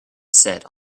set